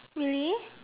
really